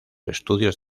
estudios